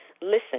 Listen